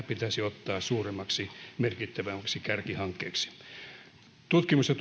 pitäisi ottaa suuremmaksi merkittävämmäksi kärkihankkeeksi tutkimus ja